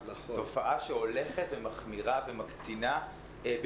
תופעה שהולכת ומחמירה ומקצינה,